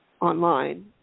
online